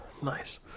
Nice